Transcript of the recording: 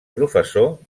professor